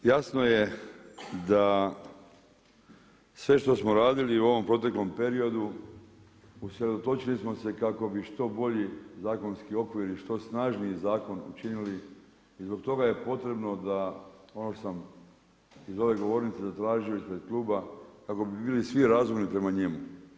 Jasno je da sve što smo radili u ovom proteklom periodu, usredotočili smo se kako bi što bolji zakonski okvir i što snažniji zakon učinili, zbog toga je potrebno da, ovo što sam iz ove govornice zatražio ispred kluba, kako bi bili svi razumni prema njemu.